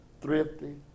thrifty